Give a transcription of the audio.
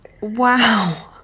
Wow